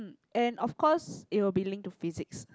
and of course it will be linked to physics